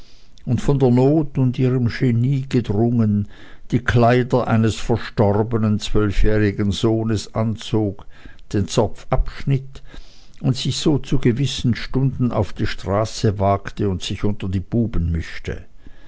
und von der not und ihrem genie gedrungen die kleider eines verstorbenen zwölfjährigen sohnes anzog den zopf abschnitt und sich so zu gewissen stunden auf die straße wagte und sich unter die buben mischte